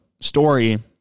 story